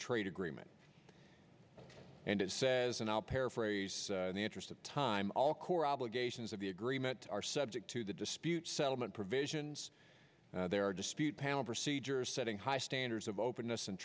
trade agreement and it says and i'll paraphrase in the interest of time all core obligations of the agreement are subject to the dispute settlement provisions there are dispute panel procedures setting high standards of openness and